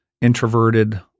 introverted